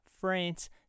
France